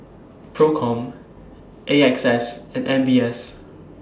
PROCOM A X S and M B S